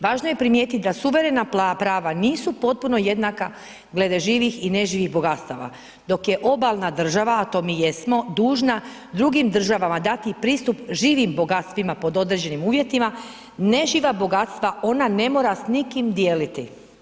Važno je primijetit da suverena prava nisu potpuno jednaka glede živih i neživih bogatstava, dok je obalna država, a to mi jesmo, dužna drugim državama dati pristup živim bogatstvima pod određenim uvjetima, neživa bogatstva ona ne mora s nikim dijeliti.